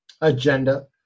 agenda